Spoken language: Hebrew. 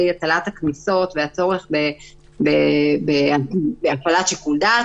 הטלת הקנסות והצורך בהפעלת שיקול דעת.